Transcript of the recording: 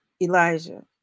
Elijah